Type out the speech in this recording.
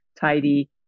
tidy